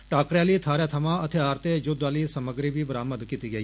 टाकरे आली थाहर थमां हथियार ते युद्ध आली समग्री बी बरामद कीती गेई